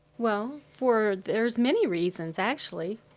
well, for. there's many reasons actually.